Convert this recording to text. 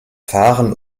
fahren